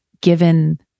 given